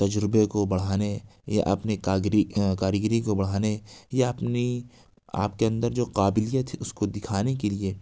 تجربے کو بڑھانے یا اپنے کاگری کاریگری کو بڑھانے یا اپنی آپ کے اندر جو قابلیت ہے اس کو دکھانے کے لیے